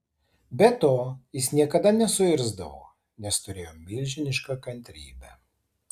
be to jis niekada nesuirzdavo nes turėjo milžinišką kantrybę